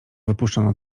wypuszczono